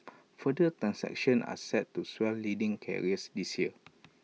further transactions are set to swell leading carriers this year